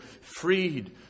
Freed